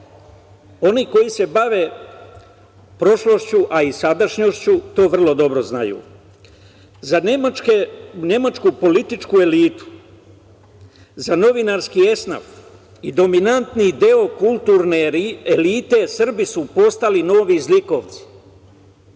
Oni koji se bave prošlošću, a i sadašnjošću to vrlo dobro znaju.Za nemačku političku elitu, za novinarski esnaf i dominantni deo kulturne elite Srbi su postali novi zlikovci